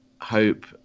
hope